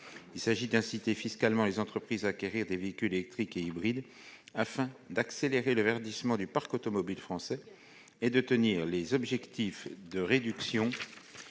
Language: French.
Il s'agit d'inciter fiscalement les entreprises à acquérir des véhicules électriques et hybrides afin d'accélérer le verdissement du parc automobile français et d'atteindre les objectifs de réduction